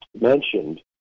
mentioned